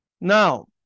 Now